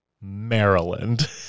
Maryland